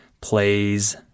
plays